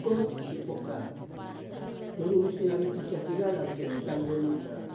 Kot i poka, nori u misinari titsia ti lala bate hitaguhu ruma tara